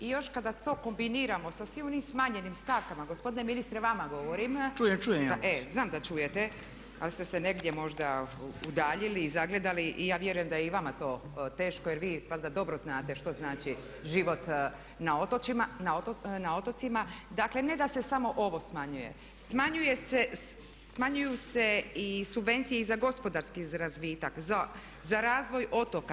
I još kada to kombiniramo sa svim onim smanjenim stavkama, gospodine ministre, vama govorim [[Upadica: Čujem, čujem ja ovo sve.]] Znam da čujete, ali ste se negdje možda udaljili i zagledali i ja vjerujem da je i vama to teško jer vi valjda dobro znate što znači život na otocima, dakle ne da se samo ovo smanjuje, smanjuju se i subvencije za gospodarski razvitak, za razvoj otoka.